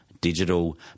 digital